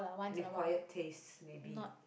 and a quiet taste maybe